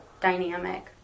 dynamic